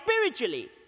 spiritually